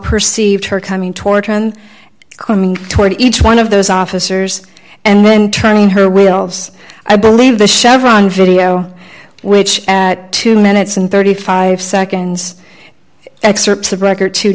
perceived her coming toward her and coming toward each one of those officers and then turning her will i believe the chevron video which at two minutes and thirty five seconds excerpts of record t